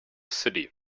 city